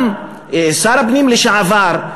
גם שר הפנים לשעבר,